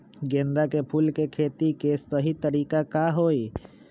गेंदा के फूल के खेती के सही तरीका का हाई?